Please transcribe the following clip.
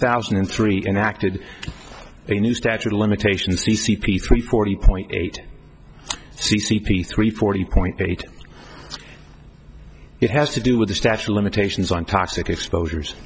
thousand and three enacted a new statute of limitations the c p three forty point eight c c p three forty point eight it has to do with the statue of limitations on toxic exposures